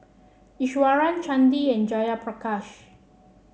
Iswaran Chandi and Jayaprakash